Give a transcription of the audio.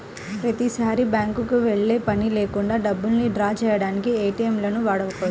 ప్రతిసారీ బ్యేంకుకి వెళ్ళే పని లేకుండా డబ్బుల్ని డ్రా చేయడానికి ఏటీఎంలను వాడుకోవచ్చు